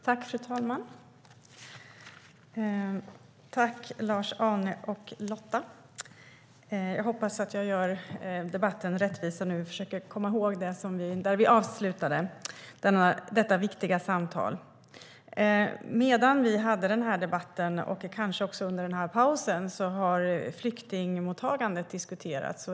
Svar på interpellationer Fru talman! Tack, Lars-Arne och Lotta! Jag hoppas att jag gör debatten rättvisa nu - jag försöker komma ihåg var vi avbröt detta viktiga samtal. Under debatten och kanske också under pausen har flyktingmottagandet diskuterats.